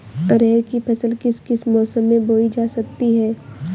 अरहर की फसल किस किस मौसम में बोई जा सकती है?